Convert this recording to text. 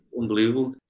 Unbelievable